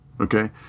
Okay